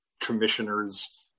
commissioners